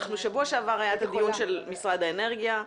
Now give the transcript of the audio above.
בשבוע שעבר היה דיון עם משרד האנרגיה.